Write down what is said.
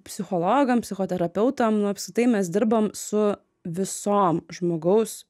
psichologam psichoterapeutam nu apskritai mes dirbam su visom žmogaus